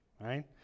right